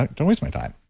like don't waste my time.